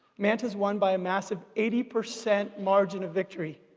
mantas won by a massive eighty percent margin of victory.